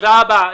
תודה רבה.